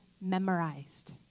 memorized